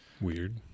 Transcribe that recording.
Weird